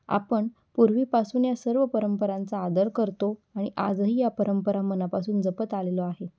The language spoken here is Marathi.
आपण पूर्वीपासून या सर्व परंपरांचा आदर करतो आणि आजही या परंपरा मनापासून जपत आलेलो आहे